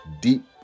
Deep